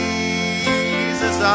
Jesus